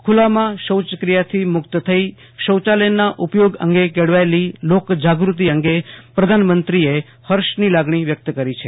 ખુલ્લામાં શૌચક્રિયાથી મુક્ત થઇ શૌચાલયના ઉપયોગ અંગે કેળવાયેલી લોક જાગૃતી અંગે પ્રધાનયંત્રી હર્ષની લાગણી વ્યક્ત કરી છે